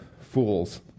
fools